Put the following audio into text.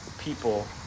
people